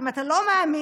אם אתה לא מאמין,